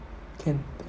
can